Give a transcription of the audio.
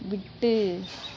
விட்டு